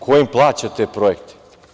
Ko im plaća te projekte?